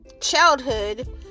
childhood